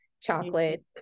chocolate